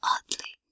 Oddly